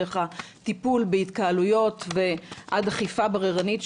דרך טיפול בהתקהלויות ועד אכיפה בררנית,